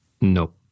No